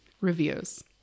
Reviews